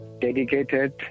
dedicated